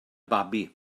babi